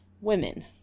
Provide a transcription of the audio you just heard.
women